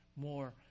more